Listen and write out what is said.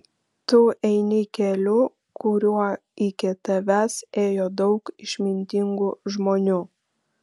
tu eini keliu kuriuo iki tavęs ėjo daug išmintingų žmonių